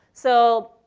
so,